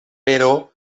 però